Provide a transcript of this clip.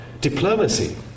diplomacy